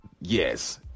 yes